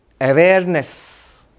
awareness